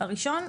הראשון,